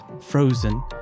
frozen